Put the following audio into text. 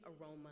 aroma